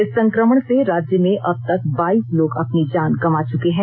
इस संकमण से राज्य में अबतक बाइस लोग अपनी जांन गवां चुके हैं